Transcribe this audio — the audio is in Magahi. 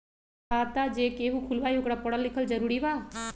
खाता जे केहु खुलवाई ओकरा परल लिखल जरूरी वा?